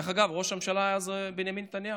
דרך אגב, ראש הממשלה אז היה בנימין נתניהו.